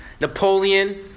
Napoleon